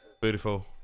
Beautiful